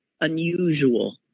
unusual